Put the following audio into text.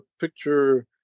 picture